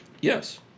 Yes